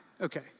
Okay